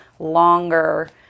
Longer